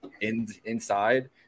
inside